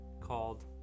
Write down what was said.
called